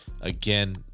again